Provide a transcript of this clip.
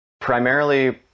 Primarily